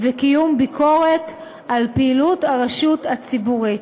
וקיום ביקורת על פעילות הרשות הציבורית.